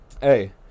Hey